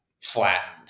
flattened